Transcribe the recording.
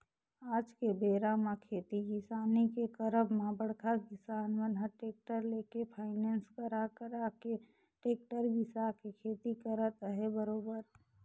आज के बेरा म खेती किसानी के करब म बड़का किसान मन ह टेक्टर लेके फायनेंस करा करा के टेक्टर बिसा के खेती करत अहे बरोबर